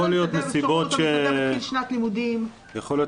מתנדב מתחיל שנת לימודים --- זה יכול להיות